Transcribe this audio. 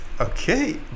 okay